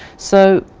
so